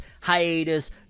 hiatus